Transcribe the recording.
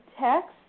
text